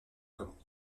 commande